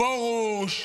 פרוש,